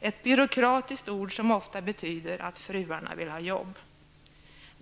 ett bryåkratiskt ord som ofta betyder att fruarna vill ha jobb!